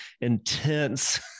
intense